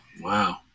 Wow